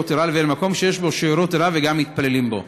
תורה לבין מקום שיש בו שיעורי תורה וגם מתפללים בו.